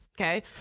okay